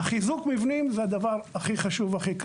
חיזוק מבנים זה הדבר החשוב ביותר,